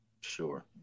Sure